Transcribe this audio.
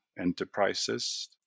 enterprises